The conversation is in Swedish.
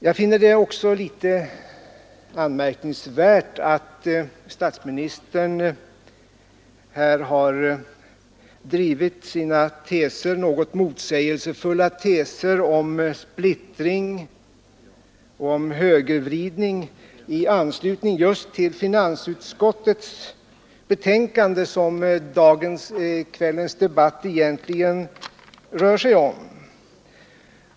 Jag finner det också litet anmärkningsvärt att statsministern här har drivit sina något motsägelsefulla teser om splittring i oppositionen alternativt högervridning i anslutning just till det betänkande från finansutskottet som kvällens debatt egentligen rör sig om.